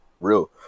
real